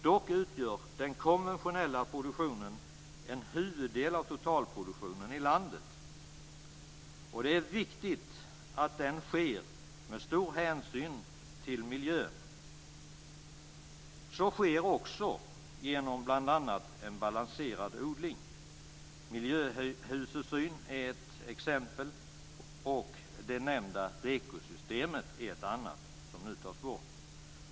Dock utgör den konventionella produktionen en huvuddel av totalproduktionen i landet. Det är viktigt att den sker med stor hänsyn till miljön. Så sker också genom bl.a. en balanserad odling. Miljöhusesyn är ett exempel på tillsyn av detta och det nämnda REKO systemet ett annat. De tas nu bort.